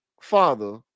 father